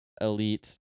elite